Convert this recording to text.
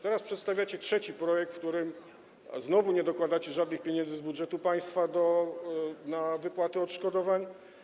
Teraz przedstawiacie trzeci projekt, w którym znowu nie dokładacie żadnych pieniędzy z budżetu państwa na wypłaty odszkodowań.